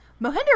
Mohinder